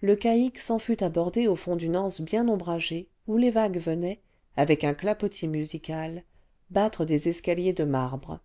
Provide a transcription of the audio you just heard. le calque s'en fut aborder au fond d'une anse bien ombragée où les vagues venaient avec un clapotis musical battre des escaliers de marbre